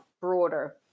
broader